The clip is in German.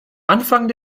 anfang